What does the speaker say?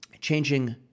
changing